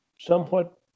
somewhat